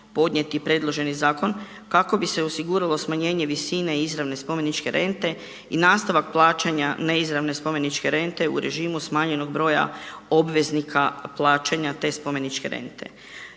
podnijeti predloženi zakon kako bi se osiguralo smanjenje visine izravne spomeničke rente i nastavak plaćanja neizravne spomeničke rente u režimu smanjenog broja obveznika plaćanja te spomeničke rente.